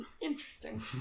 Interesting